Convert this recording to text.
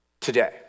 today